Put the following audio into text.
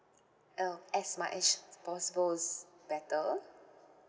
oh as much as possible is better